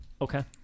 Okay